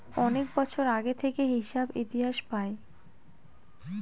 অনেক বছর আগে থেকে হিসাব ইতিহাস পায়